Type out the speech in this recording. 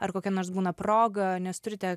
ar kokia nors būna proga nes turite